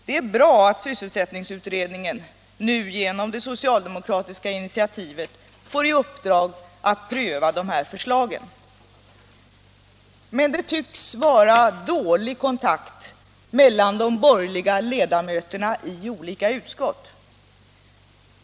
Det är bra att sysselsättningsutredningen nu genom det socialdemokratiska initiativet får i uppdrag att pröva de här förslagen. Men det tycks vara dålig kontakt mellan de borgerliga ledamöterna i olika utskott.